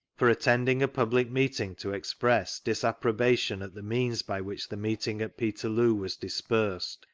for attending a public meeting to express disapprobation at the means by which the meeting at peterloo was dispersed,